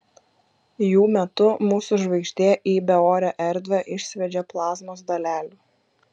jų metu mūsų žvaigždė į beorę erdvę išsviedžia plazmos dalelių